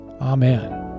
Amen